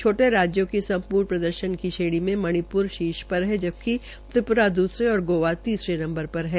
छोटे राज्यों की संपूर्ण प्रदर्शन की श्रेणी में मणिप्र शीर्ष पर है जबकि त्रिप्रा दूसरे और गोवा तीसरे स्थान पर है